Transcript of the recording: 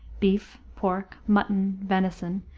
beef, pork, mutton, venison,